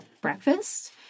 breakfast